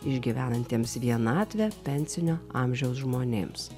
išgyvenantiems vienatvę pensinio amžiaus žmonėms